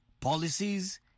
policies